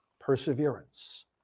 perseverance